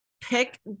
pick